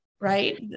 Right